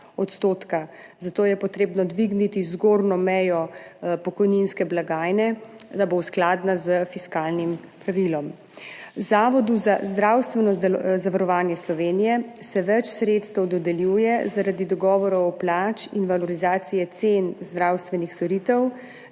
Zato je treba dvigniti zgornjo mejo pokojninske blagajne, da bo skladna s fiskalnim pravilom. Zavodu za zdravstveno zavarovanje Slovenije se več sredstev dodeljuje zaradi dogovorov o plačah in valorizacije cen zdravstvenih storitev